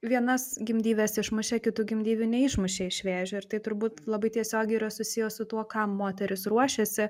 vienas gimdyves išmušė kitų gimdyvių neišmušė iš vėžių ir tai turbūt labai tiesiogiai yra susiję su tuo kam moterys ruošėsi